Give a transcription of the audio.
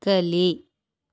ಕಲಿ